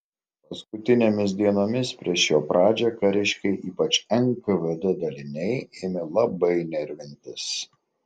paskutinėmis dienomis prieš jo pradžią kariškiai ypač nkvd daliniai ėmė labai nervintis